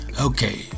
Okay